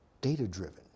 data-driven